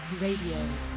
Radio